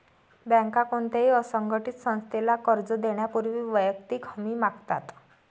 बँका कोणत्याही असंघटित संस्थेला कर्ज देण्यापूर्वी वैयक्तिक हमी मागतात